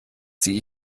ziehe